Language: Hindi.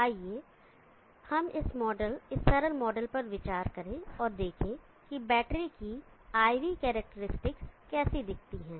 हालांकि आइए हम इस मॉडल इस सरल मॉडल पर विचार करें और देखें कि बैटरी की IV कैरेक्टरिस्टिक कैसी दिखती हैं